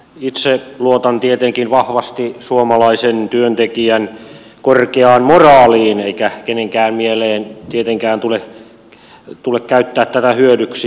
itse luotan tietenkin vahvasti suomalaisen työntekijän korkeaan moraaliin eikä kenenkään mieleen tietenkään tule käyttää tätä hyödyksi